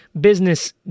business